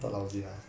no matter